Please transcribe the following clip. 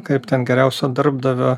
kaip ten geriausio darbdavio